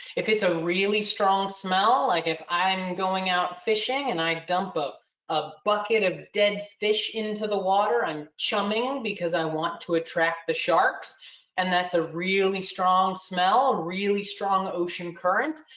if it's a really strong smell like if i'm going out fishing and i dump but a bucket of dead fish into the water, i'm chumming because i want to attract the sharks and that's a really strong smell, really strong ocean current.